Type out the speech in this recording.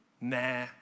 nah